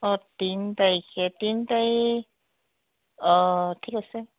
অ তিনি তাৰিখে তিনি তাৰিখ অ ঠিক আছে